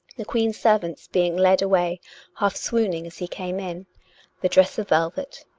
the queen's servants being led away half-swooning as he came in the dress of velvet,